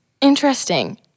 interesting